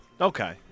Okay